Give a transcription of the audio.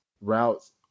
routes